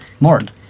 Lord